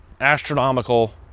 astronomical